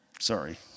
Sorry